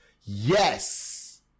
yes